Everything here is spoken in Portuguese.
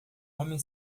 homem